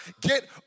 get